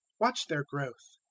watch their growth.